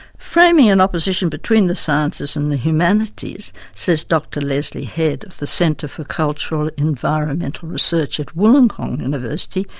framing an opposition between the sciences and the humanities says dr lesley head of the centre for cultural environmental research at wollongong university,